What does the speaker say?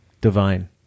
Divine